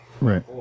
Right